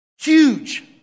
Huge